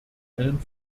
einen